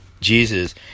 jesus